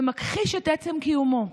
ומכחיש את עצם קיומו.